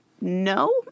No